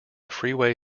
freeway